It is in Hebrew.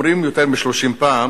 אומרים שיותר מ-30 פעם